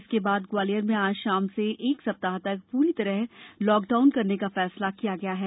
इसके बाद ग्वालियर में आज शाम से एक सप्ताह तक प्री तरह लॉकडाउन करने का फैसला लिया गया है